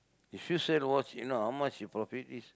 if you sell watch you know how much your profit is